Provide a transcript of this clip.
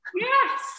Yes